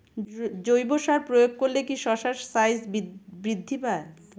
জৈব সার প্রয়োগ করলে কি শশার সাইজ বৃদ্ধি পায়?